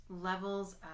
levels